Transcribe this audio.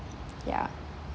ya